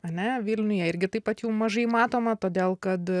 ane vilniuje irgi taip pat jų mažai matoma todėl kad